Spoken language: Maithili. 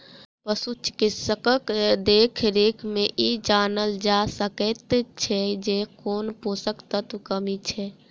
पशु चिकित्सकक देखरेख मे ई जानल जा सकैत छै जे कोन पोषण तत्वक कमी छै